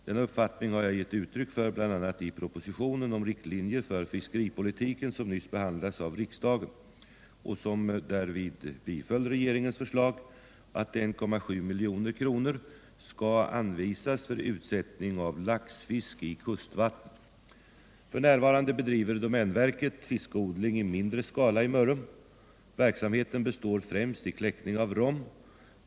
Denna uppfattning har jag gett uttryck för bl.a. i propositionen om riktlinjer för fiskeripolitiken som nyss har behandlats av riksdagen, som därvid biföll regeringens förslag att 1,7 milj.kr. skall anvisas för utsättning av laxfisk i kustvatten . F. n. bedriver domänverket fiskodling i mindre skala i Mörrum. Verksamheten består främst i kläckning av rom.